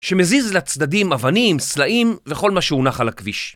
שמזיז לצדדים אבנים, סלעים וכל מה שהונח על הכביש.